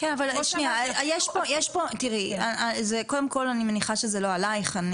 קודם כול, אני מניחה שזה לא עלייך.